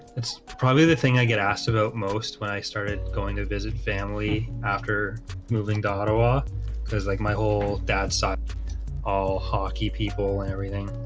it's probably the thing i get asked about most when i started going to visit family after moving daughter walk because like my whole dad saw all hockey people and everything